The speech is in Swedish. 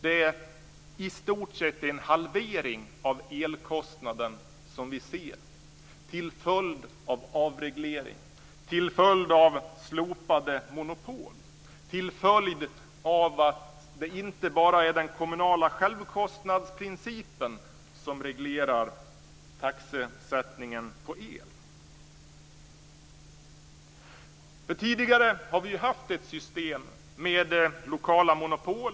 Det är i stort sett en halvering av elkostnaden som vi ser till följd av avreglering, slopade monopol och att det inte bara är en kommunala självkostnadsprincipen som reglerar taxesättningen på el. Tidigare har vi haft ett system med lokala monopol.